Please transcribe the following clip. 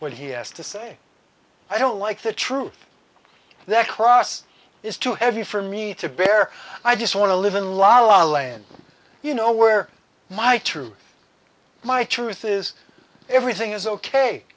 what he has to say i don't like the truth that cross is too heavy for me to bear i just want to live in la la land you know where my true my truth is everything is